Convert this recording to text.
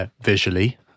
visually